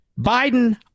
Biden